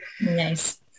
Nice